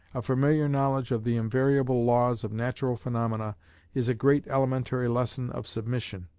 a familiar knowledge of the invariable laws of natural phaenomena is a great elementary lesson of submission,